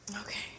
Okay